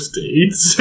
States